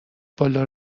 بالا